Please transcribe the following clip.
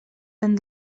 tant